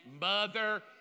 mother